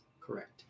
Correct